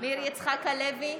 מאיר יצחק הלוי,